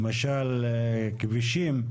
למשל כבישים,